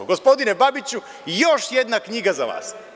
Gospodine Babiću, još jedna knjiga za vas.